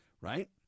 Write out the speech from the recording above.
right